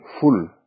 full